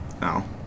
No